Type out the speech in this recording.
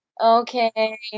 Okay